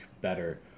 better